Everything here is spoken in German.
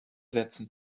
setzen